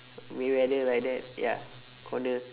mayweather like that ya conor